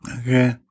Okay